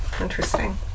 interesting